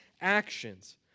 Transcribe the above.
actions